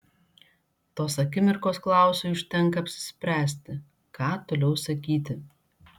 tos akimirkos klausui užtenka apsispręsti ką toliau sakyti